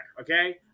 Okay